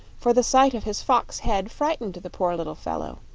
for the sight of his fox head frightened the poor little fellow.